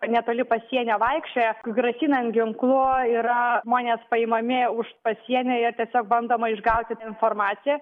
netoli pasienio vaikščioja grasinant ginklu yra žmonės paimami už pasienyje tiesiog bandoma išgauti informaciją